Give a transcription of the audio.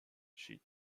she